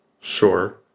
Sure